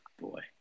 Boy